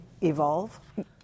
evolve